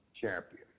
champion